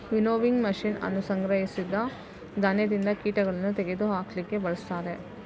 winnowing machine ಅನ್ನು ಸಂಗ್ರಹಿಸಿದ ಧಾನ್ಯದಿಂದ ಕೀಟಗಳನ್ನು ತೆಗೆದು ಹಾಕ್ಲಿಕ್ಕೆ ಬಳಸ್ತಾರೆ